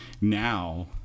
now